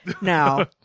No